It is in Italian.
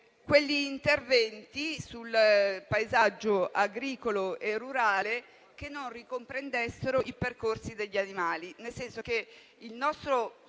quegli interventi sul paesaggio agricolo e rurale che non ricomprendessero i percorsi degli animali.